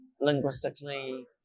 linguistically